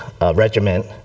regiment